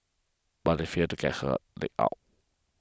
but they failed to get her leg out